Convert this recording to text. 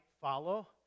follow